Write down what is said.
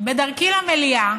בדרכי למליאה